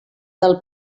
del